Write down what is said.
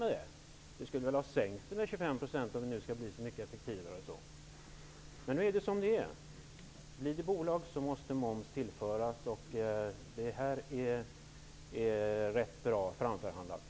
Vi borde ha sänkt den med 25 % för att det skall bli effektivare. Men nu är det som det är. Blir Posten ett bolag måste moms tillföras. Vi tycker ändå att det här är rätt bra framförhandlat.